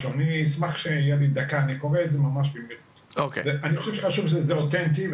חשוב לשמוע את זה כי זה אותנטי.